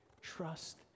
Trust